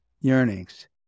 yearnings